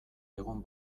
egon